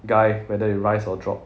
guy whether it rise or drop